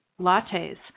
lattes